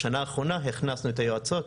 בשנה האחרונה הכנסנו את היועצות